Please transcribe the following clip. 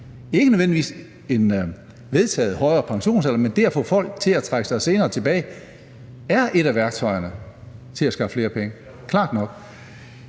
ikke nødvendigvis en vedtaget højere pensionsalder, men det at få folk til at trække sig senere tilbage – klart nok. Det, jeg siger, er, at for